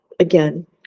Again